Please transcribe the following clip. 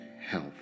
health